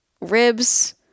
ribs